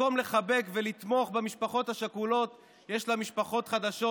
במקום לחבק ולתמוך במשפחות השכולות יש לה משפחות חדשות,